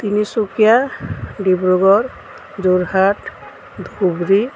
Tinsukia Dibrugarh Jorhat Dhubri